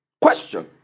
Question